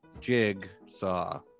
Jigsaw